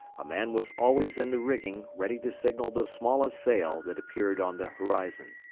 a man was always in the rigging ready to signal the smallest sail that appeared on the horizon.